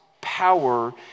power